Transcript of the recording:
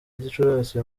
gicurasi